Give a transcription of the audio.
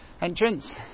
entrance